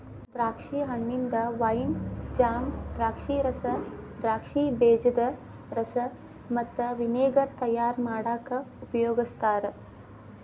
ದ್ರಾಕ್ಷಿ ಹಣ್ಣಿಂದ wine, jam, ದ್ರಾಕ್ಷಿರಸ, ದ್ರಾಕ್ಷಿ ಬೇಜದ ರಸ ಮತ್ತ ವಿನೆಗರ್ ತಯಾರ್ ಮಾಡಾಕ ಉಪಯೋಗಸ್ತಾರ